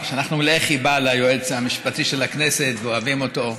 שאנחנו מלאי חיבה ליועץ המשפטי של הכנסת ואוהבים אותו,